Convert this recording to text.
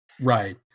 right